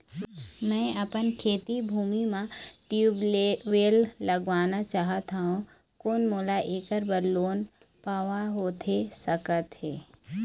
मैं अपन खेती भूमि म ट्यूबवेल लगवाना चाहत हाव, कोन मोला ऐकर बर लोन पाहां होथे सकत हे?